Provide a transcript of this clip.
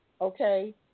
okay